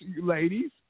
Ladies